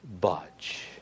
budge